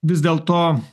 vis dėlto